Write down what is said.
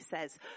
says